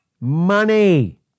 Money